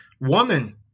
woman